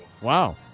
Wow